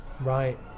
right